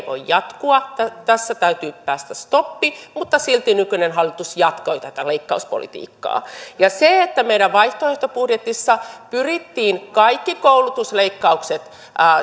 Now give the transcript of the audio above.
voi jatkua tähän täytyy tulla stoppi mutta silti nykyinen hallitus jatkoi tätä leikkauspolitiikkaa meidän vaihtoehtobudjetissamme pyrittiin kaikki koulutusleikkaukset